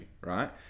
right